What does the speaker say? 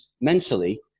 mentally